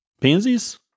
pansies